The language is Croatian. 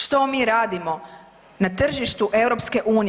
Što mi radimo na tržištu EU?